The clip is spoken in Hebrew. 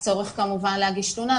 הצורך כמובן להגיש תלונה,